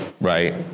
right